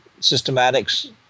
systematics